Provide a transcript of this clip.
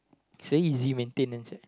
so easy maintain is it